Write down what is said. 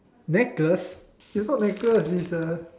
necklace it's not necklace it's a